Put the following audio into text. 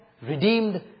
redeemed